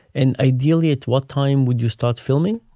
and ideally, at what time would you start filming?